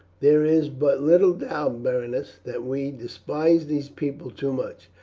there is but little doubt, berenice, that we despise these people too much,